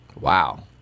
Wow